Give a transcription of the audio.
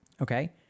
okay